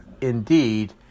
indeed